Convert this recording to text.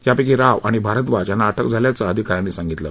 यापैकी राव आणि भारव्वाज यांना अटक झाल्याचं अधिका यांनी सांगितलं